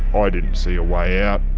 i didn't see a way out.